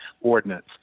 ordinance